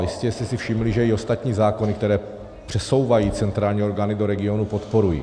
Jistě jste si všimli, že i ostatní zákony, které přesouvají centrální orgánů do regionů, podporuji.